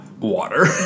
Water